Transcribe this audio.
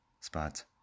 spots